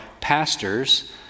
pastors